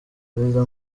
perezida